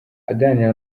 aganira